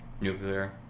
nuclear